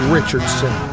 Richardson